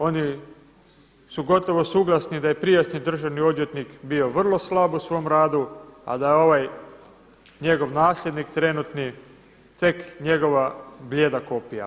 Oni su gotovo suglasni da je prijašnji državni odvjetnik bio vrlo slab u svom radu, a da je ovaj njegov nasljednik trenutni tek njegova blijeda kopija.